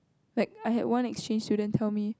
like I had one exchange student tell me